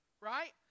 right